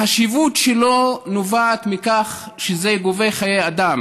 אני מודה לכם, עמיתיי חברי הכנסת.)